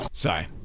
Sorry